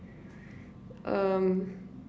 um